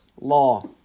law